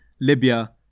Libya